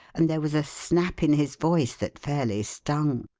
and there was a snap in his voice that fairly stung.